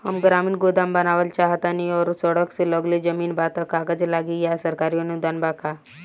हम ग्रामीण गोदाम बनावल चाहतानी और सड़क से लगले जमीन बा त का कागज लागी आ सरकारी अनुदान बा का?